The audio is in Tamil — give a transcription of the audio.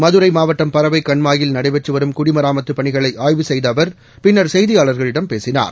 மதுரை மாவட்டம் பரவை கண்மாயில் நடைபெற்று வரும் குடிமராமத்துப் பணிகளை ஆய்வு செய்த அவர் பின்னர் செய்தியாளர்களிடம் பேசினார்